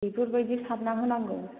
बेफोर बायदि सारनानै होनांगौ